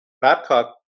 Babcock